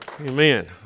Amen